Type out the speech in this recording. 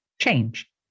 change